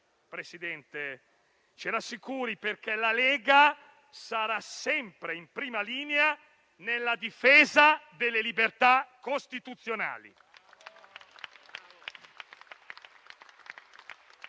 Presidente Draghi, ci rassicuri perché la Lega sarà sempre in prima linea nella difesa delle libertà costituzionali.